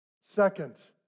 Second